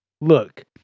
Look